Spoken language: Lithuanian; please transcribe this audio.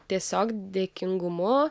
tiesiog dėkingumu